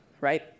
right